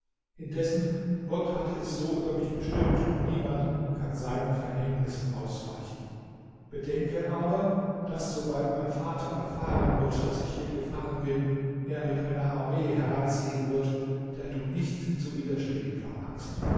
indessen gott hatte es so über mich bestimmt und niemand kann seinen verhängnissen ausweichen bedenke aber daß sobald mein vater erfahren wird daß ich hier gefangen bin er mit einer armee heranziehen wird der du nicht zu widerstehen vermagst